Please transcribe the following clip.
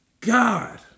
God